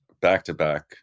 back-to-back